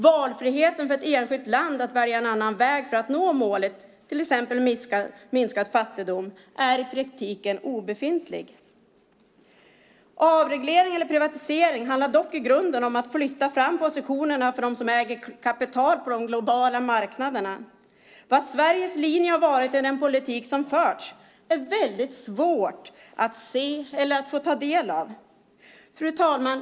Valfriheten för ett enskilt land att välja väg att nå målet, till exempel minskad fattigdom, är i praktiken obefintlig. Avreglering eller privatisering handlar dock i grunden om att flytta fram positionerna för dem som äger kapital på de globala marknaderna. Vad Sveriges linje har varit i den politik som har förts är svårt att få se eller ta del av. Fru talman!